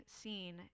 seen